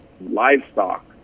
livestock